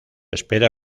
espera